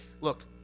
Look